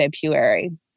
February